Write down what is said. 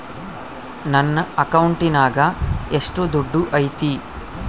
ನನ್ನ ಅಕೌಂಟಿನಾಗ ಎಷ್ಟು ದುಡ್ಡು ಐತಿ?